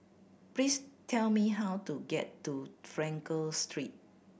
please tell me how to get to Frankel Street